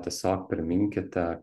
tiesiog priminkite